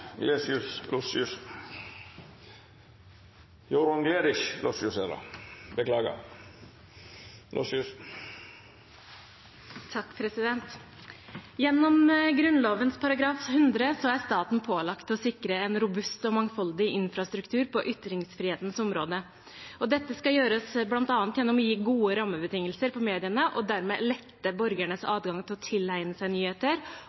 Gjennom Grunnloven § 100 er staten pålagt å sikre en robust og mangfoldig infrastruktur på ytringsfrihetens område. Dette skal gjøres bl.a. gjennom å gi gode rammebetingelser for mediene og dermed lette borgernes adgang til å tilegne seg nyheter